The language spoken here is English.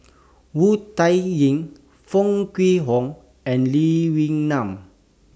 Wu Tsai Yen Foo Kwee Horng and Lee Wee Nam